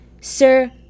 Sir